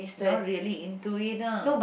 not really into it ah